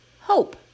hope